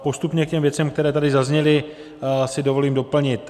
Postupně k těm věcem, které tady zazněly, si dovolím doplnit.